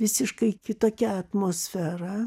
visiškai kitokia atmosfera